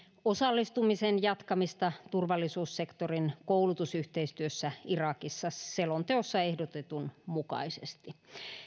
osallistumisen jatkamista turvallisuussektorin koulutusyhteistyössä irakissa selonteossa ehdotetun mukaisesti